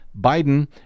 Biden